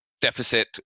deficit